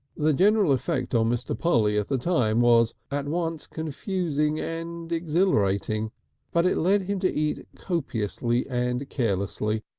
the general effect upon ah mr. polly at the time was at once confusing and exhilarating but it led him to eat copiously and carelessly,